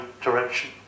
direction